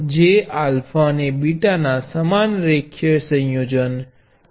જે α અને β ના સમાન રેખીય સંયોજન છે